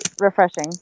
refreshing